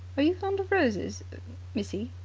are you fond of roses missy?